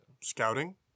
Scouting